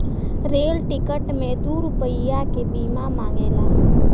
rail ticket मे दू रुपैया के बीमा मांगेला